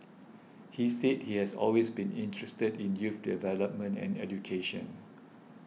he said he has always been interested in youth development and education